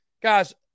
guys